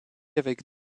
avec